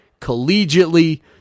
collegiately